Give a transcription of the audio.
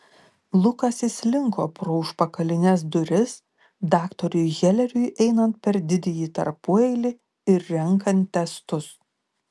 lukas įslinko pro užpakalines duris daktarui heleriui einant per didįjį tarpueilį ir renkant testus